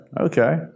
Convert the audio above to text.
okay